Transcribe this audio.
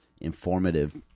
informative